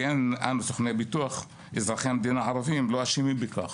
ואנו סוכני הביטוח ואזרחי המדינה הערבים לא אשמים בכך.